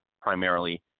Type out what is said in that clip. primarily